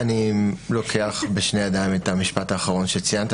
אני לוקח בשתי ידיים את המשפט האחרון שציינת.